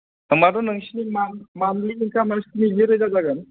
होनबाथ' नोंसिनि मान्थलि इन्कामा स्निजिरोजा जागोन